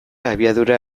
abiadura